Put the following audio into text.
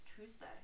Tuesday